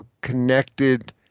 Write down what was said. connected